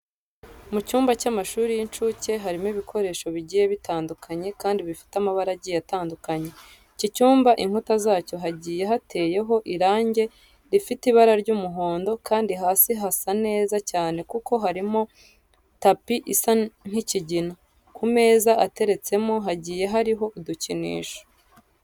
Mu cyumba cy'amashuri y'inshuke harimo ibikoresho bigiye bitandukanye kandi bifite amabara agiye atandukanye. Iki cyumba inkuta zacyo hagiye hateyeho irangi rifite ibara ry'umuhondo kandi hasi hasa neza cyane kuko harimo tapi isa nk'ikigina. Ku meza ateretsemo hagiye hariho udukinisho.